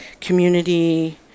community